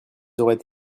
auraient